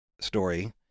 story